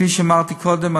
כפי שאמרתי קודם,